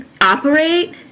operate